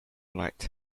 night